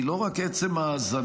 היא לא רק עצם ההאזנה,